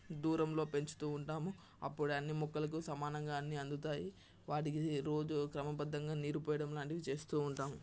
దూరంలో పెంచుతూ ఉంటాము అప్పుడే అన్ని మొక్కలకు సమానంగా అన్ని అందుతాయి వాటికి రోజూ క్రమబద్దంగా నీరు పోయడం లాంటివి చేస్తూ ఉంటాము